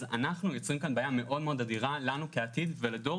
אנחנו יוצרים כאן בעיה אדירה לנו בעתיד ולדור